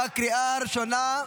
בקריאה ראשונה.